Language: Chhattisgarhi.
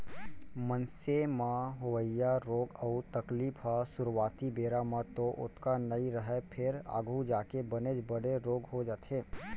मनसे म होवइया रोग अउ तकलीफ ह सुरूवाती बेरा म तो ओतका नइ रहय फेर आघू जाके बनेच बड़े रोग हो जाथे